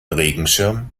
regenschirm